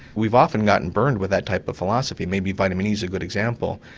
we've often gotten burned with that type of philosophy, maybe vitamin e is a good example.